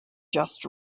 just